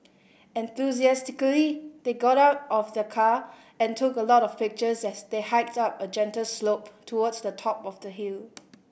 enthusiastically they got out of the car and took a lot of pictures as they hiked up a gentle slope towards the top of the hill